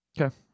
Okay